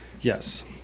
yes